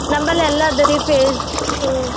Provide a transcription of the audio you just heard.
ನಂಬಲ್ಲಿ ಎಲ್ಲ ಅದ ರೀ ಫೇಸು